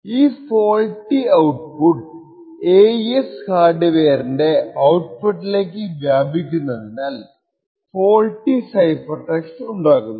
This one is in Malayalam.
ഈ ഫോൾട്ടി ഔട്പുട്ട് AES ഹാർഡ് വേറിന്റെ ഔട്പുട്ടിലേക്ക് വ്യാപിക്കുന്നതിനാൽ ഫോൾട്ടി സൈഫർ ടെക്സ്റ്റ് ഉണ്ടാകുന്നു